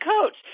coach